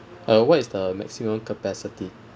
uh what is the maximum capacity